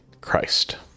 Christ